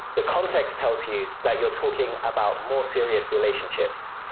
the context tells you that you're talking about more serious relationships.